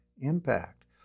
impact